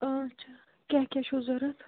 چھا کیٛاہ کیٛاہ چھُو ضوٚرَتھ